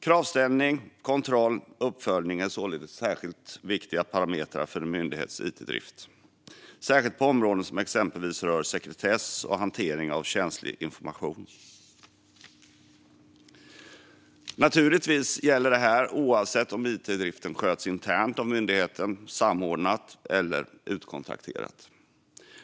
Kravställning, kontroll och uppföljning är således särskilt viktiga parametrar för en myndighets itdrift, särskilt på områden som exempelvis rör sekretess och hantering av känslig information. Naturligtvis gäller detta oavsett om it-driften sköts internt av myndigheten, samordnat eller utkontrakterat.